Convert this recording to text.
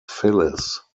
phyllis